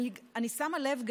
אני שמה לב,